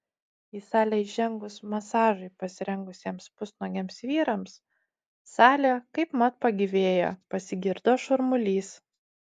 į salę įžengus masažui pasirengusiems pusnuogiams vyrams salė kaipmat pagyvėjo pasigirdo šurmulys